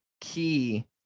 key